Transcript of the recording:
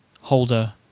holder